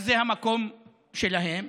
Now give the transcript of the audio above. זה המקום שלהם,